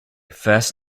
first